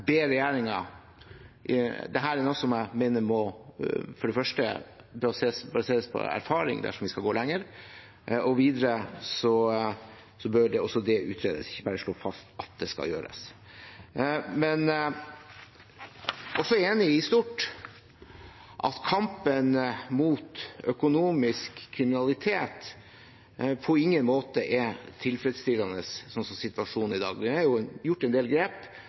er noe jeg for det første mener må baseres på erfaring dersom vi skal gå lenger, og videre bør det også utredes, ikke bare slås fast at det skal gjøres. Jeg er også enig i stort at kampen mot økonomisk kriminalitet på ingen måte er tilfredsstillende sånn situasjonen er i dag. Vi har gjort en del grep